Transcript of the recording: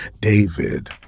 David